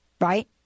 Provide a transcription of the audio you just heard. Right